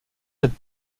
cette